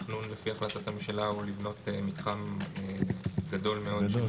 התכנון לפי החלטת הממשלה הוא לבנות מתחם גדול מאוד של